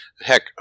Heck